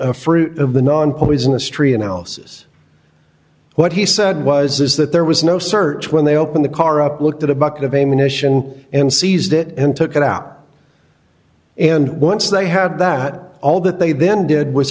a fruit of the nonpoisonous tree analysis what he said was is that there was no search when they open the car up looked at a bucket of a munition and seized it and took it out and once they had that all that they then did was